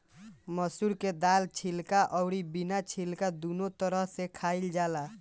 मसूर के दाल छिलका अउरी बिना छिलका दूनो तरह से खाइल जाला